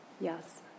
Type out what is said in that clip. Yes